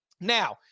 Now